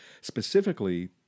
specifically